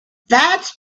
that’s